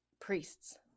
priests